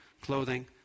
clothing